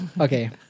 Okay